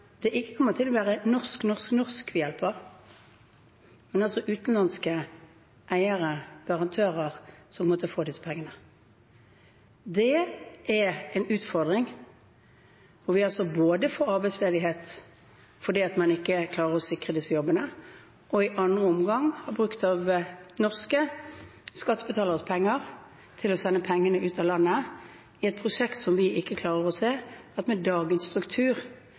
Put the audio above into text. det er utenlandske eiere, garantister, som på en måte får disse pengene. Det er en utfordring der vi både får arbeidsledighet fordi man ikke klarer å sikre disse jobbene, og i neste omgang har brukt av norske skattebetaleres penger til å sende penger ut av landet i et prosjekt vi ikke klarer å se at det med dagens struktur